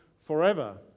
forever